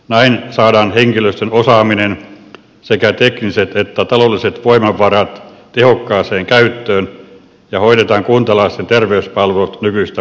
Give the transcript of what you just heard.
näin saadaan henkilöstön osaaminen sekä tekniset ja taloudelliset voimavarat tehokkaaseen käyttöön ja hoidetaan kuntalaisten terveyspalvelut nykyistä paremmin